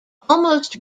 almost